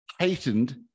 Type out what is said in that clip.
heightened